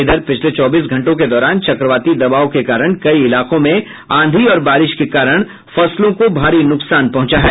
इधर पिछले चौबीस घंटों के दौरान चक्रवाती दबाव के कारण कई इलाकों में आंधी और बारिश के कारण फसलों को भारी नुकसान पहुंचा है